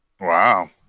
wow